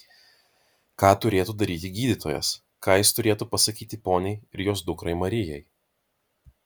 ką turėtų daryti gydytojas ką jis turėtų pasakyti poniai ir jos dukrai marijai